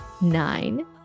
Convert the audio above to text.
nine